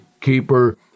keeper